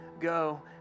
go